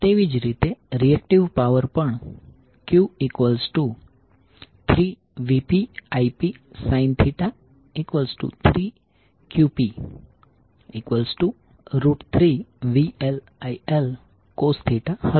તેવી જ રીતે રિએક્ટિવ પાવર પણ Q3VpIp sin 3Qp3VLIL cos હશે